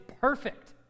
perfect